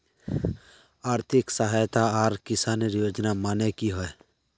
आर्थिक सहायता आर किसानेर योजना माने की होय?